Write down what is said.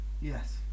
yes